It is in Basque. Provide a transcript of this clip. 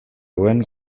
zuen